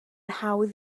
hawdd